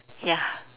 ya